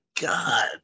God